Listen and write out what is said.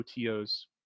OTO's